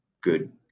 good